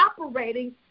operating